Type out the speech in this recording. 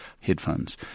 headphones